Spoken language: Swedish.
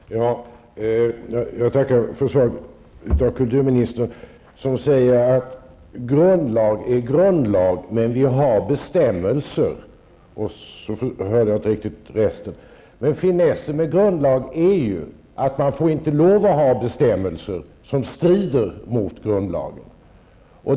Herr talman! Jag tackar för svaret från kulturministern som säger att grundlag är grundlag, men vi har bestämmelser -- och så hörde jag inte riktigt resten. Finessen med grundlagen är emellertid att man inte får lov att ha bestämmelser som strider mot grundlagen.